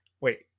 Wait